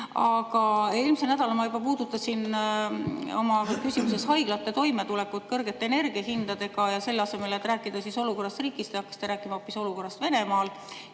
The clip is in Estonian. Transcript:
Aga eelmisel nädalal ma juba puudutasin oma küsimuses haiglate toimetulekut kõrgete energiahindadega ja selle asemel, et rääkida olukorrast riigis, te hakkasite rääkima hoopis olukorrast Venemaal